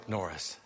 Norris